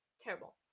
terrible